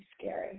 scary